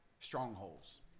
strongholds